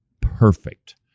perfect